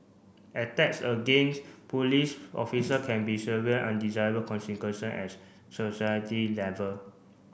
attacks against police officer can be severe undesirable consequence as society level